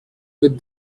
with